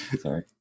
Sorry